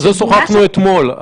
על זה שוחחנו אתמול.